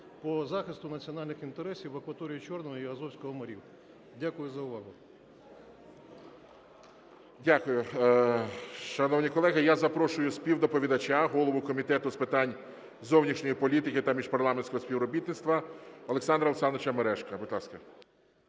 Дякую за увагу.